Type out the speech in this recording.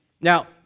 Now